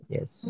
Yes